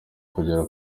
kugera